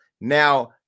Now